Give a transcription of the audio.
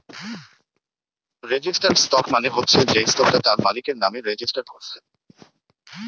registered stock মানে হচ্ছে যেই স্টকটা তার মালিকের নামে রেজিস্টার কোরছে